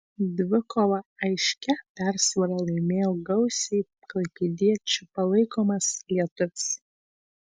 dvikovą aiškia persvara laimėjo gausiai klaipėdiečių palaikomas lietuvis